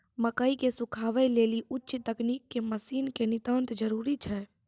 मकई के सुखावे लेली उच्च तकनीक के मसीन के नितांत जरूरी छैय?